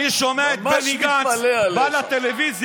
אני שומע את בני גנץ בא לטלוויזיה,